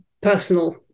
personal